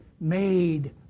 made